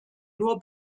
nur